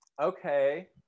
Okay